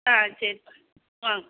ஆ சரிப்பா வாங்க